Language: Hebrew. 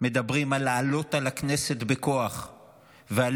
מדברים על לעלות על הכנסת בכוח ועל